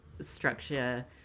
structure